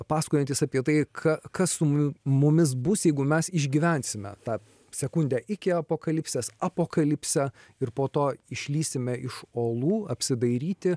pasakojantys apie tai ką kas su mu mumis bus jeigu mes išgyvensime tą sekundę iki apokalipsės apokalipsę ir po to išlįsime iš olų apsidairyti